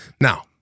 now